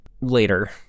later